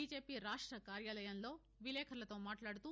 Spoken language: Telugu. బీజేపీ రాష్ట కార్యాలయంలో విలేకర్లతో మాట్లాడుతూ